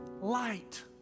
light